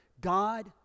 God